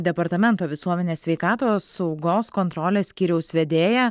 departamento visuomenės sveikatos saugos kontrolės skyriaus vedėja